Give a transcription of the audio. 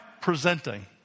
presenting